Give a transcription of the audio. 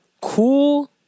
Cool